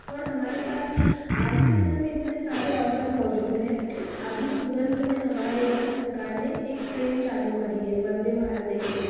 और हमारे पास आज के समय में इतने सारे अवसर मौजूद हैं अभी तुरंत में हमारे यहाँ सरकार ने एक ट्रेन चालू करी है वंदे भारत एक्सप्रेस